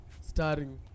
Starring